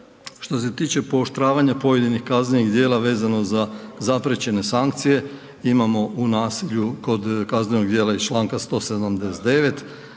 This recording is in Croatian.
Što se tiče pooštravanja pojedinih kaznenih djela vezano za zapriječene sankcije, imamo u nasilju kod kazneno djela iz čl. 179.